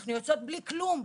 אנחנו יוצאות בלי כלום,